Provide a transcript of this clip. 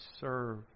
serve